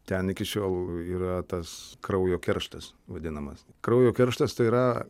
ten iki šiol yra tas kraujo kerštas vadinamas kraujo kerštas tai yra